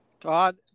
Todd